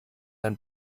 ein